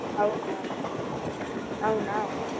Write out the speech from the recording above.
అవునా అవునా